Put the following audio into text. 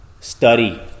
study